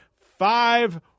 Five